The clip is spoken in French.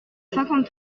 cinquante